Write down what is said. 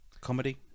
comedy